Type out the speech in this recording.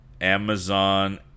Amazon